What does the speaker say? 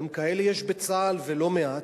גם כאלה יש בצה"ל ולא מעט,